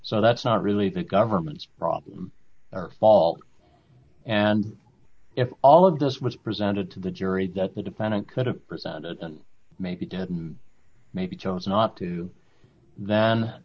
so that's not really the government's problem our fault and if all of this was presented to the jury that the defendant could have presented and maybe didn't maybe chose not to then